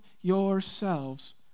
yourselves